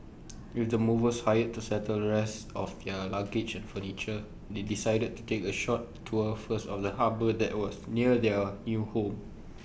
with the movers hired to settle the rest of their luggage and furniture they decided to take A short tour first of the harbour that was near their new home